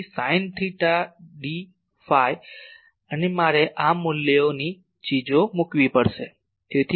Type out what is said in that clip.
તેથી sine theta d phi અને મારે આ મૂલ્યની ચીજો મુકવી પડશે